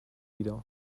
veto